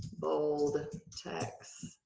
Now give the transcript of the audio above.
bold text.